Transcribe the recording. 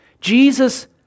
Jesus